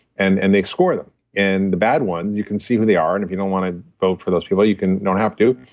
and and they score them and the bad ones, you can see who they are, and if you don't want to vote for those people, you don't have to.